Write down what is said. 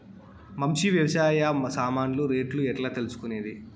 మంచి వ్యవసాయ సామాన్లు రేట్లు ఎట్లా తెలుసుకునేది?